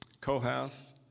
Kohath